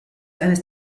eines